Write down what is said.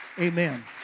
Amen